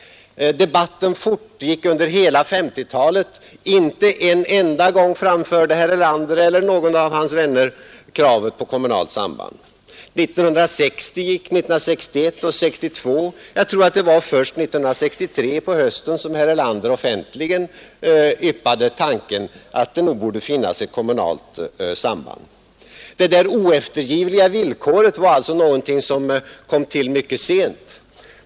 Debatten fortgick under 1950-talet, men inte någon enda gång framförde herr Erlander eller någon av hans vänner detta krav. År 1960 gick, 1961 och 1962. Jag tror att det var först 1963 på hösten som herr Erlander offentligen yppade tanken att det nog borde finnas ett kommunalt samband. Det där oeftergivliga villkoret var alltså någonting som kom till mycket sent.